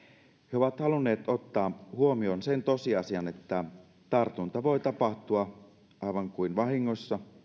he ovat halunneet ottaa huomioon sen tosiasian että tartunta voi tapahtua aivan kuin vahingossa